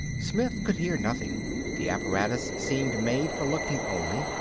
smith could hear nothing the apparatus seemed made for looking only.